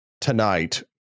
tonight